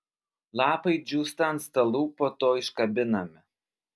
lapai džiūsta ant stalų po to iškabinami